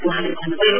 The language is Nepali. वहाँले भन्नु भयो